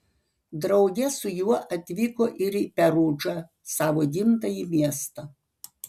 drauge su juo atvyko ir į perudžą savo gimtąjį miestą